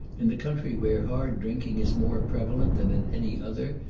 in the country where hard drinking is more prevalent than in any other,